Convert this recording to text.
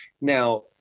Now